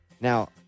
Now